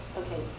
okay